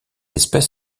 espèce